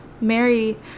Mary